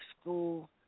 school